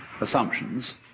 assumptions